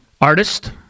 artist